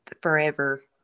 forever